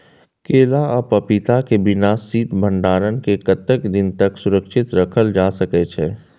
केला आ पपीता के बिना शीत भंडारण के कतेक दिन तक सुरक्षित रखल जा सकै छै?